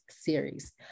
series